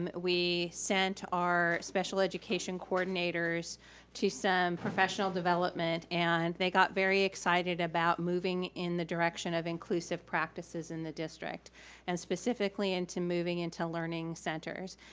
um we sent out special education coordinators to some professional development and they got very excited about moving in the direction of inclusive practices in the district and specifically into moving into learning centers.